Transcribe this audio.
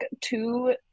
two